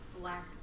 black